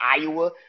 Iowa